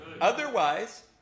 Otherwise